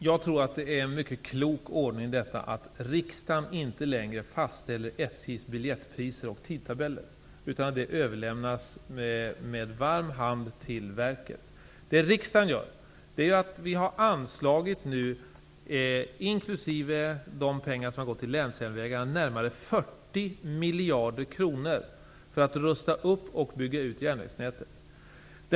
Fru talman! Det är en mycket klok ordning att riksdagen inte längre fastställer SJ:s biljettpriser och tidtabeller. Dessa frågor överlämnas med varm hand till verket. Riksdagen har nu, inkl. de pengar som gått till länsjärnvägar, anslagit närmare 40 miljarder kronor att rusta upp och bygga ut järnvägsnätet för.